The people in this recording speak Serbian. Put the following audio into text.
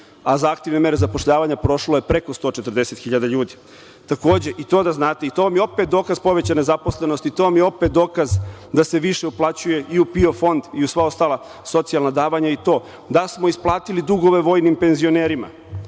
Za aktivne mere zapošljavanja prošlo je i preko 140 hiljada ljudi. Takođe, i to da znate, i to vam je opet dokaz povećane zaposlenosti, to vam je opet dokaz da se više uplaćuje i u PIO fond i u sva ostala socijalan davanja, da smo isplatili dugove vojnim penzionerima,